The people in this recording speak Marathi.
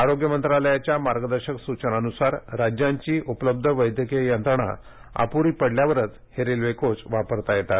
आरोग्य मंत्रालयाच्या मार्गदर्शक सूचनांनुसार राज्यांची उपलब्ध वैद्यकीय यंत्रणा अप्री पडल्यावरच हे रेल्वे कोच वापरता येतात